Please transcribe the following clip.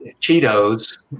Cheetos